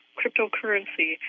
cryptocurrency